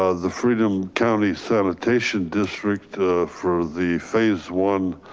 ah the freedom county sanitation district for the phase one,